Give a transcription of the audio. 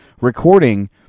recording